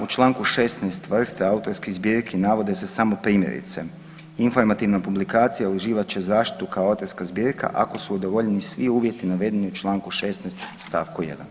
U čl. 16. vrste autorskih zbirki navode se samo primjerice informativna publikacija uživat će zaštitu kao autorska zbirka ako su udovoljeni svi uvjeti navedeni u čl. 16. st. 1.